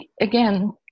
again